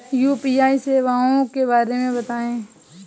UPI सेवाओं के बारे में बताएँ?